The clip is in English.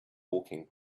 walking